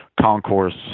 concourse